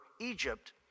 Egypt